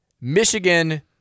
Michigan